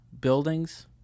buildings